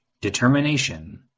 determination